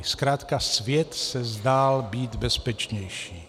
Zkrátka svět se zdál být bezpečnější.